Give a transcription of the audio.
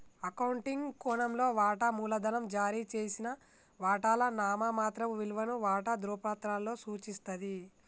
accounting కోణంలో, వాటా మూలధనం జారీ చేసిన వాటాల నామమాత్రపు విలువను వాటా ధృవపత్రాలలో సూచిస్తది